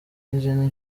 n’izindi